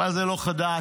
אבל זה לא חדש,